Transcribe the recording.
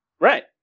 Right